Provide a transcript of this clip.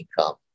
income